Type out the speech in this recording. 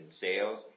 sales